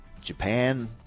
Japan